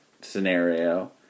scenario